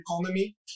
economy